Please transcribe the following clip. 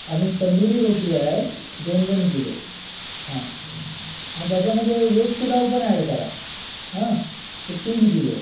आणि तंदुरी रोटी आहे दोन दोन किलो हां त्याच्यामध्ये व्हेज पुलाव पण ॲड करा हां तो तीन किलो